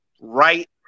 right